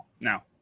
now